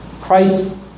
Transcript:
Christ